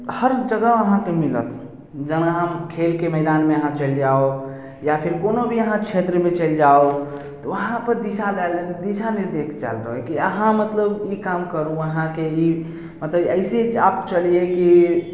हर जगह अहाँके मिलत जाहिमे अहाँ खेलके मैदानमे अहाँ चलि जाउ या फिर कोनो भी अहाँ क्षेत्रमे चलि जाउ वहाँ पर दिशा देल दिशानिर्देश देल रहै कि अहाँ मतलब ई काम करु अहाँके ही मतलब अइसे आप चलिए की